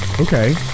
Okay